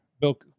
Bill